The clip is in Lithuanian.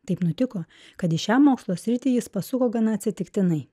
taip nutiko kad į šią mokslo sritį jis pasuko gana atsitiktinai